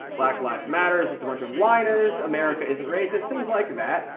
black lives matter is just a bunch of whiners, america isn't racist, things like that,